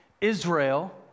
Israel